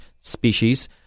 species